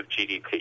GDP